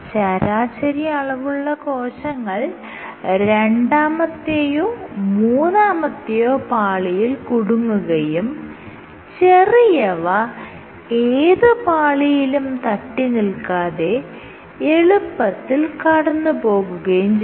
ശരാശരി അളവുള്ള കോശങ്ങൾ രണ്ടാമത്തെയോ മൂന്നാമത്തെയോ പാളിയിൽ കുടുങ്ങുകയും ചെറിയവ ഏത് പാളിയിലും തട്ടി നിൽക്കാതെ എളുപ്പത്തിൽ കടന്നുപോകുകയും ചെയ്യുന്നു